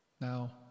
Now